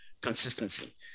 consistency